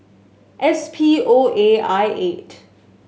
S P O A I eight